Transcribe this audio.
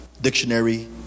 dictionary